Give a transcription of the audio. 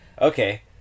Okay